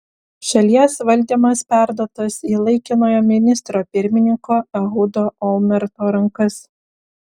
šalies valdymas perduotas į laikinojo ministro pirmininko ehudo olmerto rankas